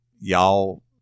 Y'all